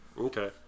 Okay